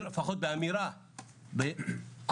לפחות באמירה כלשהי,